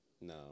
No